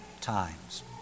times